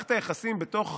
במערכת היחסים בתוך